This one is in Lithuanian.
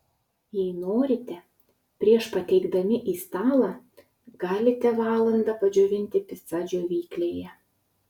jei norite prieš pateikdami į stalą galite valandą padžiovinti picą džiovyklėje